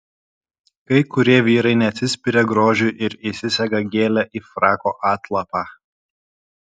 kai kurie vyrai neatsispiria grožiui ir įsisega gėlę į frako atlapą